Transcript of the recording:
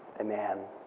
a man,